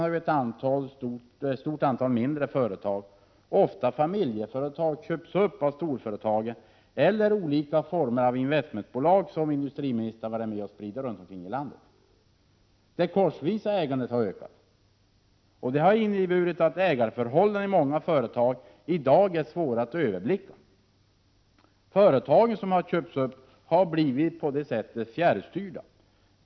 Under de senaste åren har ett stort antal mindre företag, ofta Re Z £ 5 Om åtgärder för att familjeföretag, köpts upp av storföretagen eller av olika former av invest RS 8 fi ; SEE K MR å Å främja småföretaganmentbolag, som industriministern bidragit till att sprida ut runt om i landet. det Det korsvisa ägandet har ökat, och det har inneburit att ägarförhållandena i många företag i dag är svåra att överblicka. De företag som köpts upp har blivit fjärrstyrda.